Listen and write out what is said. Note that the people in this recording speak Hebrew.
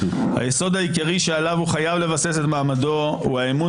היסוד העיקרי שעליו הוא חייב לבסס את מעמדו הוא האמון